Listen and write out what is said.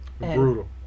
Brutal